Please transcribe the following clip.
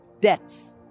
debts